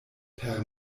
per